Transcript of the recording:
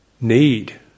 need